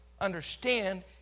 understand